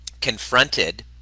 confronted